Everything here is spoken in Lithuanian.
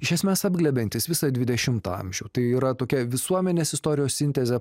iš esmes apglebiantis visą dvidešimtą amžių tai yra tokia visuomenės istorijos sintezė